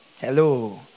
Hello